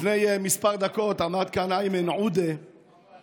לפני כמה דקות עמד כאן איימן עודה ודיבר